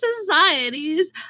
societies